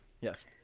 Yes